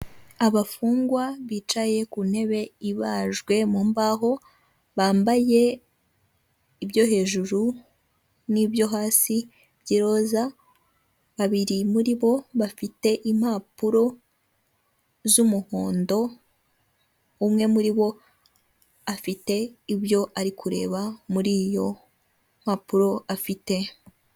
Abafungwa bicaye ku ntebe ibajwe mu mbaho, bambaye ibyo hejuru n'ibyo hasi by'iroza, babiri muri bo bafite impapuro z'umuhondo, umwe muri bo afite ibyo ari kureba muri iyo mpapuro afite.